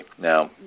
Now